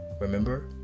Remember